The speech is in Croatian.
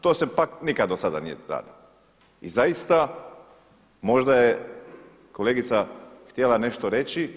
To se pak do sada nije radilo. ./. i zaista možda je kolegica htjela nešto reći.